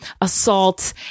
assault